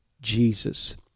Jesus